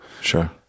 Sure